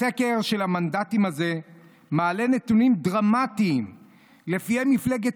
הסקר של המנדטים הזה מעלה נתונים דרמטיים שלפיהם מפלגת